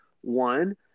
One